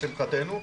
לשמחתנו,